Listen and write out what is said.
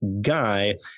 guy